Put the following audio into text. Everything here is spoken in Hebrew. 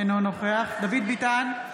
אינו נוכח דוד ביטן,